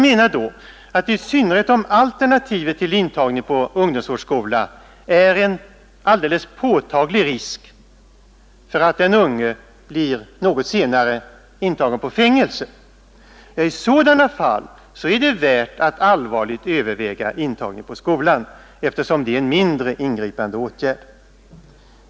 I synnerhet om alternativet till intagning på ungdomsvårdsskola är en alldeles påtaglig risk för att den unge något senare blir intagen på fängelse är det värt att allvarligt överväga intagning på skolan, eftersom det är en mindre ingripande åtgärd.